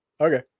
Okay